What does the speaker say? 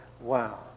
Wow